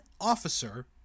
officer